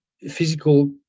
physical